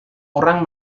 orang